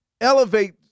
elevate